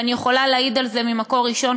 ואני יכולה להעיד על זה ממקור ראשון,